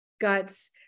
guts